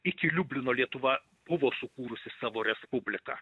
iki liublino lietuva buvo sukūrusi savo respubliką